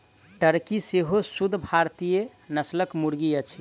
Turkey सेहो शुद्ध भारतीय नस्लक मुर्गी अछि